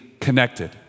connected